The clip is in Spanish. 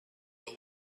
los